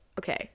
okay